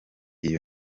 iyo